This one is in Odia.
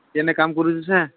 ଏଇନେ କାମ୍ କରୁଛି ସେ